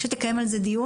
צריך לקיים על זה דיון,